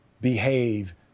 behave